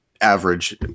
average